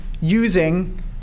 using